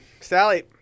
Sally